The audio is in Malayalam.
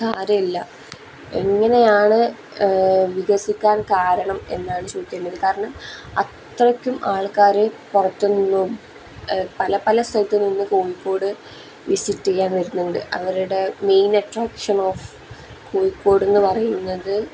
കാര്യം ഇല്ല എങ്ങനെയാണ് വികസിക്കാൻ കാരണം എന്നാണ് ചോദിക്കേണ്ടത് കാരണം അത്രക്കും ആൾക്കാർ പുറത്ത് നിന്നും പല പല സ്ഥലത്ത് നിന്ന് കോഴിക്കോട് വിസിറ്റ് ചെയ്യാൻ വരുന്നുണ്ട് അവരുടെ മെയിൻ അട്രാക്ഷൻ ഓഫ് കോഴിക്കോട് എന്ന് പറയുന്നത്